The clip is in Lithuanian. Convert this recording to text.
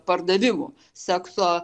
pardavimu sekso